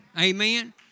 Amen